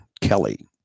Kelly